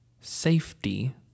safety